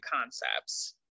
concepts